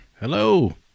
Hello